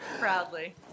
proudly